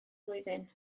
flwyddyn